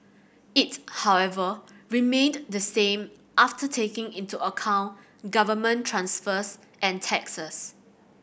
it however remained the same after taking into account government transfers and taxes